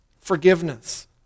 forgiveness